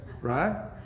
Right